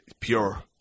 Pure